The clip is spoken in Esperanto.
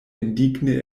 indigne